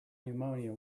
pneumonia